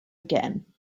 again